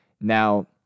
Now